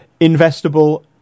investable